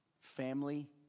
family